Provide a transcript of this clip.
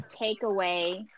takeaway